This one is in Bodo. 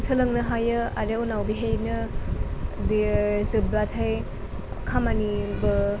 सोलोंनो हायो आरो उनाव बेहायनो बे जोब्लाथाय खामानिबो